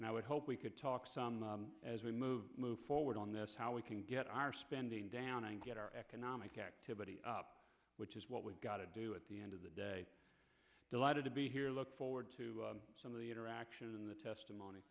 and i would hope we could talk some as we move move forward on this how we can get our spending down and get our economic activity up which is what we've got to do at the end of the day delighted to be here look forward to some of the interactions in the testimony